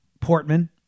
Portman